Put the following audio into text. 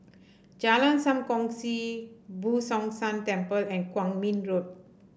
Jalan Sam Kongsi Boo Tong San Temple and Kwong Min Road